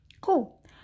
cool